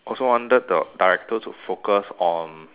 also wanted the director to focus on